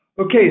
Okay